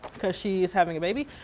cause she is having a baby.